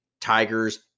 Tigers